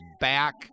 back